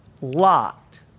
locked